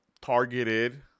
targeted